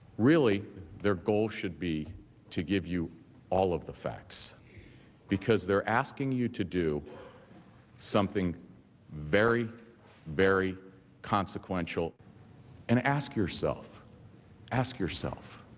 really their goal should be to give you all the facts because they're asking you to do something very very consequential and ask yourself ask yourself